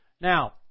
Now